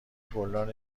گلدانی